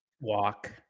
Walk